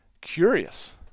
curious